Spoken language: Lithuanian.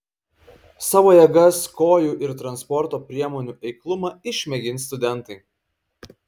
savo jėgas kojų ir transporto priemonių eiklumą išmėgins studentai